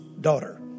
daughter